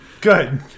Good